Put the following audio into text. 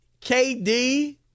KD